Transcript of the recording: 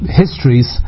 histories